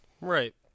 Right